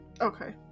Okay